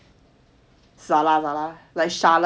salah salah like charlotte charlotte